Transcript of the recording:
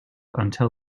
until